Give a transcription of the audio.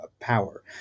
power